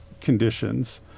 conditions